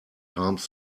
harms